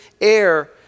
air